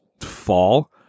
fall